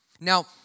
Now